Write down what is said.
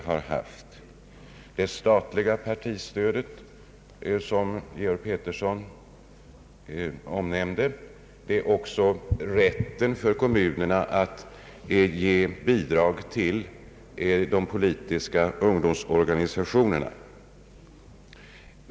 Vi har det statliga partistödet som herr Georg Pettersson omnämnde samt även rätten för kommunerna att ge bi drag till de politiska ungdomsorganisationerna.